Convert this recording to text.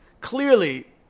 clearly